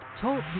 Talk